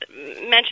mention